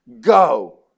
go